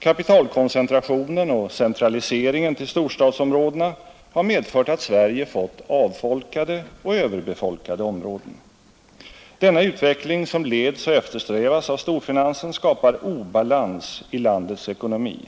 Kapitalkoncentrationen och centraliseringen till storstadsomrädena har medfört att Sverige fätt avfolkade och överbefolkade områden. Denna utveckling som leds och eftersträvas av storfinansen skapar obalans i landets ekonomi,